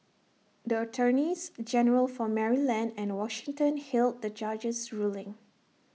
the attorneys general for Maryland and Washington hailed the judge's ruling